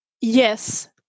yes